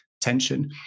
tension